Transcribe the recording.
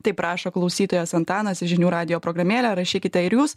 taip rašo klausytojas antanas į žinių radijo programėlę rašykite ir jūs